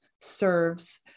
serves